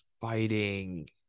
fighting